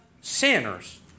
sinners